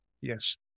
yes